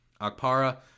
Akpara